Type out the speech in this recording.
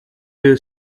you